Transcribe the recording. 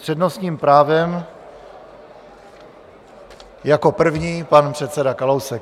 S přednostním právem jako první pan předseda Kalousek.